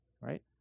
right